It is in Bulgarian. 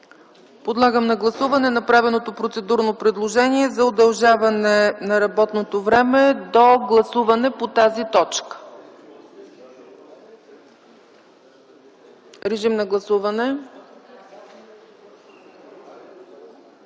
Подлагам на гласуване направеното процедурно предложение за удължаване на работното време до гласуване по тази точка. Гласували